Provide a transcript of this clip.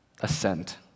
assent